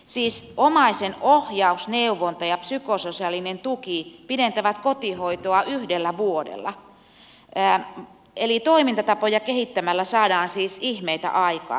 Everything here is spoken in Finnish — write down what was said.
siis omaisen ohjaus neuvonta ja psykososiaalinen tuki pidentävät kotihoitoa yhdellä vuodella eli toimintatapoja kehittämällä saadaan siis ihmeitä aikaan